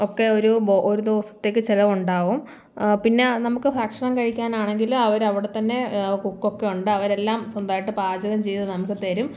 ഒക്കെ ഒരു ദിവസത്തേക്ക് ചിലവുണ്ടാവും പിന്നെ നമുക്ക് ഭക്ഷണം കഴിക്കാനാണെങ്കിൽ അവർ അവിടെത്തന്നെ കുക്ക് ഒക്കെ ഉണ്ട് അവരെല്ലാം സ്വന്തമായിട്ട് പാചകം ചെയ്ത് നമുക്ക് തരും